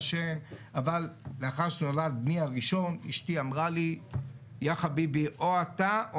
אבל לאחר שנולד בני הראשון אשתי אמרה לי שזה או הבן או